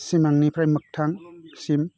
सिमांनिफ्राय मोगथांसिम